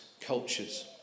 cultures